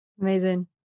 Amazing